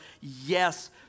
yes